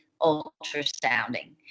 ultrasounding